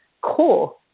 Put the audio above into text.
core